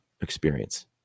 experience